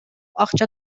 ачка